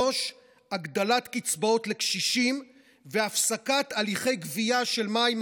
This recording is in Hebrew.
3. הגדלת קצבאות לקשישים והפסקת הליכי גבייה של מים,